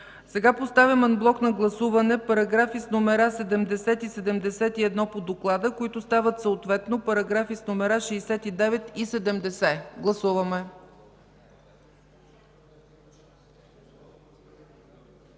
Сега поставям анблок на гласуване параграфи с номера 70 и 71 по доклада, които стават съответно параграфи с номера 69 и 70. Гласували